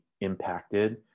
impacted